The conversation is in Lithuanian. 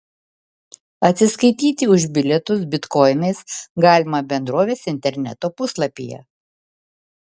atsiskaityti už bilietus bitkoinais galima bendrovės interneto puslapyje